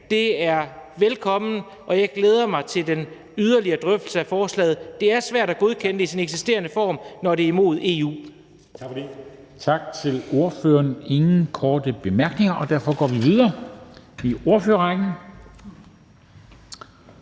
er velkomment, og jeg glæder mig til den yderligere drøftelse af forslaget. Det er svært at godkende det i sin eksisterende form, når det er imod EU.